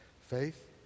Faith